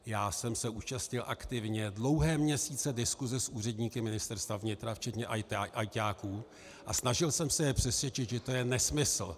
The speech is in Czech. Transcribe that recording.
Já jsem se účastnil aktivně dlouhé měsíce diskuse s úředníky Ministerstva vnitra včetně ajťáků a snažil jsem se je přesvědčit, že to je nesmysl.